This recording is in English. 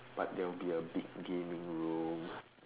but there will be a big gaming room